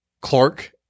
Clark